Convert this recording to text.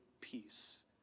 peace